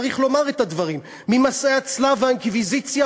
צריך לומר את הדברים: ממסעי הצלב והאינקוויזיציה